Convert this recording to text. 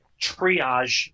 triage